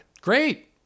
Great